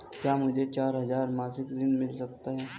क्या मुझे चार हजार मासिक ऋण मिल सकता है?